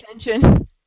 attention